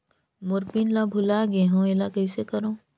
मोर pin ला भुला गे हो एला कइसे करो?